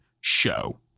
show